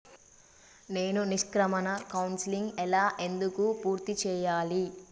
నేను నిష్క్రమణ కౌన్సెలింగ్ ఎలా ఎందుకు పూర్తి చేయాలి?